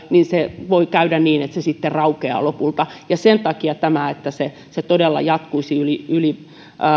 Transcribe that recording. voi käydä niin että se sitten raukeaa lopulta ja sen takia tämä että se se todella jatkuisi yli yli